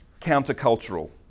countercultural